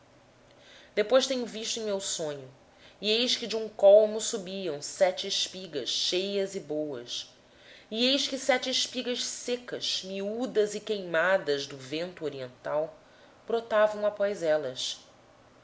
acordei depois vi em meu sonho e eis que dum mesmo pé subiam sete espigas cheias e boas e eis que sete espigas secas miúdas e queimadas do vento oriental brotavam após elas